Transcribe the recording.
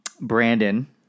brandon